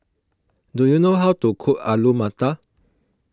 do you know how to cook Alu Matar